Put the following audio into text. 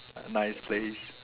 nice place